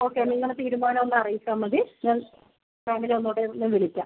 okay നിങ്ങളുടെ തീരുമാനം ഒന്ന് അറിയിച്ചാൽ മതി ഞാൻ രാവിലെ ഒന്നും കൂടെ ഒന്ന് വിളിക്കാം